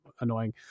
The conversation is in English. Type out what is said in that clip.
annoying